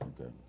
okay